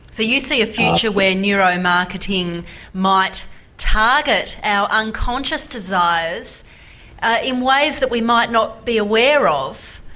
so you see a future where neuromarketing might target our unconscious desires ah in ways that we might not be aware of,